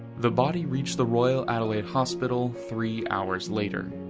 the body reached the royal adelaide hospital three hours later.